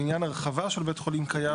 לעניין הרחבה של בית חולים קיים,